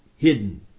hidden